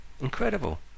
incredible